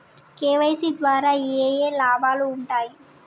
KYC ద్వారా ఏఏ లాభాలు ఉంటాయి?